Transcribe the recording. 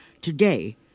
today